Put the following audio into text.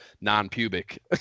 non-pubic